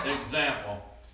example